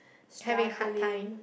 having a hard time